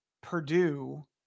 Purdue